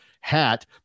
Hat